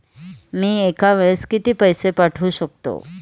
मी एका वेळेस किती पैसे पाठवू शकतो?